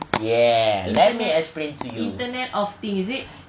ya let me explain to you